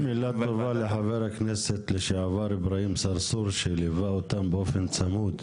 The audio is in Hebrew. מילה טובה לחבר הכנסת לשעבר איברהים סרסור שליווה אותם באופן צמוד.